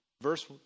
Verse